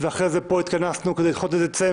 ואחרי זה פה התכנסנו כדי לדחות לדצמבר,